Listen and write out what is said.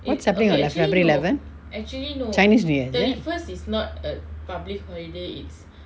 what's happening on the february eleven chinese new year is it